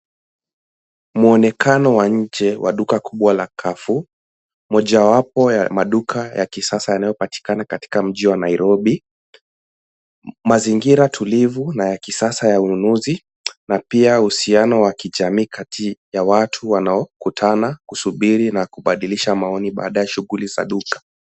Mwonekano wa nje wa duka kubwa la Carrefour, mojawapo ya maduka ya kisasa yanayopatikana katika mji wa Nairobi. Mazingira tulivu na ya kisasa ya ununuzi na pia uhusiano wa kijamii kati ya watu wanaokutana kusubiri na kubadilisha maoni baada ya shughuli za duka.